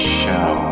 show